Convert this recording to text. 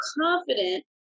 confident